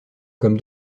comme